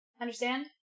Understand